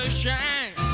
shine